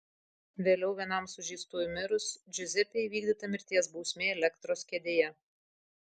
vėliau vienam sužeistųjų mirus džiuzepei įvykdyta mirties bausmė elektros kėdėje